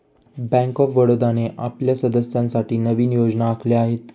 bank of बडोदाने आपल्या सदस्यांसाठी नवीन योजना आखल्या आहेत